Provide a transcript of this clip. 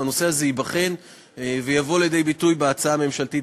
הנושא הזה ייבחן ויבוא לידי ביטוי בהצעה הממשלתית,